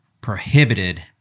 prohibited